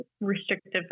restrictive